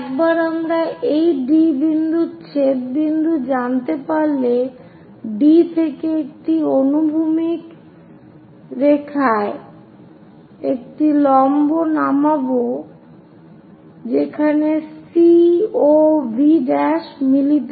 একবার আমরা এই D বিন্দুর ছেদ বিন্দু জানতে পারলে D থেকে একটি অনুভূমিক রেখায় একটি লম্ব নামাবো যেখানে C O V মিলিত হয়